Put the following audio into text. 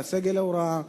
סגל ההוראה,